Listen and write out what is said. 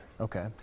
Okay